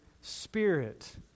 spirit